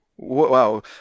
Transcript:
Wow